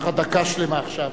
יש לך דקה שלמה עכשיו.